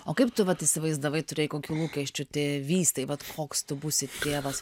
o kaip tu vat įsivaizdavai turėjai kokių lūkesčių tėvystei vat koks tu būsi tėvas